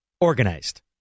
Organized